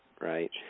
right